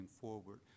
forward